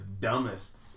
dumbest